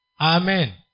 Amen